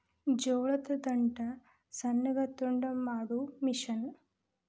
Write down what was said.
ಜೋಳದ ದಂಟ ಸಣ್ಣಗ ತುಂಡ ಮಾಡು ಮಿಷನ್